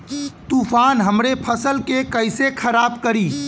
तूफान हमरे फसल के कइसे खराब करी?